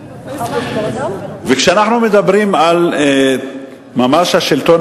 וכשאנחנו מדברים בנושא השלטון